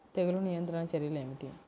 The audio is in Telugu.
తెగులు నియంత్రణ చర్యలు ఏమిటి?